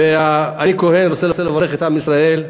ואני כוהן, רוצה לברך את עם ישראל: